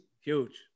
Huge